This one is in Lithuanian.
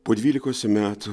po dvylikos metų